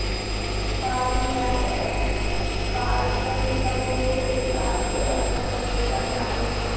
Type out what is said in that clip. Farmtrac Escorts समूह के विश्वासी और पसंदीदा ब्रांड हइ